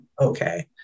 okay